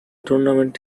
tournament